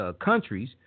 countries